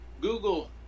Google